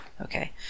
Okay